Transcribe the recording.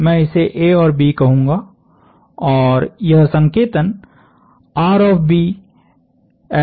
मैं इसे A और B कहूंगा और यह संकेतनहै